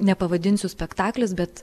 nepavadinsiu spektaklis bet